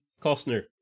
Costner